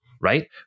Right